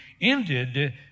ended